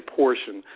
portion